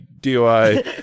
DOI